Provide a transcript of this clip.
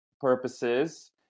purposes